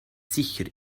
sicher